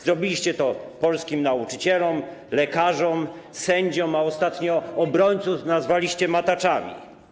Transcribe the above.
Zrobiliście to polskim nauczycielom, lekarzom, sędziom, a ostatnio obrońców nazwaliście mataczami.